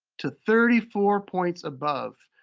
to thirty four points above.